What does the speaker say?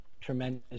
tremendous